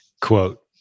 quote